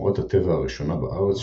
שמורת הטבע הראשונה בארץ,